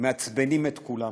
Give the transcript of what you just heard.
מעצבנים את כולם,